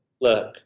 look